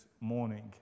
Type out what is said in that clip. morning